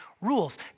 rules